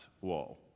wall